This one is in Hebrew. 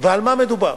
ועל מה מדובר?